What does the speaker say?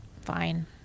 Fine